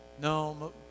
No